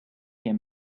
him